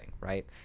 right